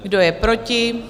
Kdo je proti?